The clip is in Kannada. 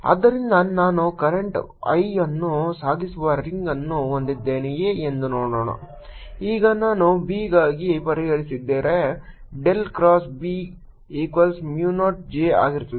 ಆದ್ದರಿಂದ ನಾನು ಕರೆಂಟ್ I ಅನ್ನು ಸಾಗಿಸುವ ರಿಂಗ್ಅನ್ನು ಹೊಂದಿದ್ದೇನೆಯೇ ಎಂದು ನೋಡೋಣ ಈಗ ನಾನು B ಗಾಗಿ ಪರಿಹರಿಸಿದರೆ del cross B equals mu naught J ಆಗಿರುತ್ತದೆ